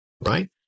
right